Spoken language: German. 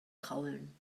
kraulen